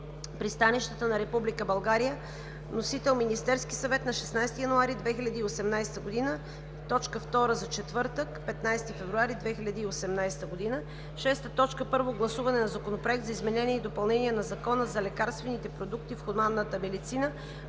пристанищата на Република България. Вносител е Министерският съвет на 16 януари 2018 г. – точка втора за четвъртък, 15 февруари 2018 г. 6. Първо гласуване на Законопроекта за изменение и допълнение на Закона за лекарствените продукти в хуманната медицина.